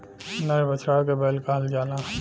नर बछड़ा के बैल कहल जाला